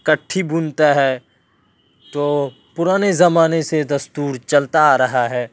کٹھی بنتا ہے تو پرانے زمانے سے دستور چلتا آ رہا ہے